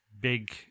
big